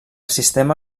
sistema